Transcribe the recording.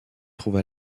trouve